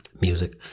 music